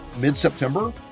mid-September